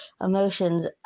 emotions